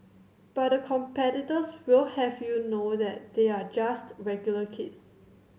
but the competitors will have you know that they are just regular kids